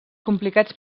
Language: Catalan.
complicats